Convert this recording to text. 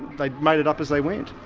they made it up as they went.